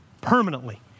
Permanently